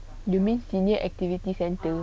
you mean senior activities macam tu